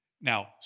Now